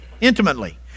intimately